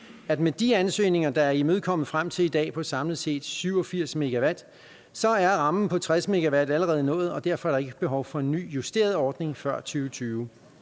at med de ansøgninger, der er imødekommet frem til i dag, på samlet set 87 MW, så er rammen på 60 MW allerede nået, og derfor er der ikke behov for en ny, justeret ordning før 2020.